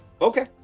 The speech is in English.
Okay